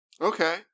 Okay